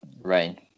Right